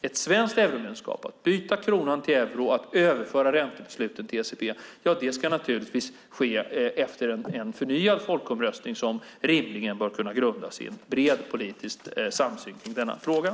Ett svenskt euromedlemskap - att byta kronan till euro och överföra räntebeslutet till ECB - ska naturligtvis ske efter en förnyad folkomröstning som rimligen bör kunna grundas i en bred politisk samsyn i frågan.